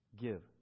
give